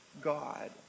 God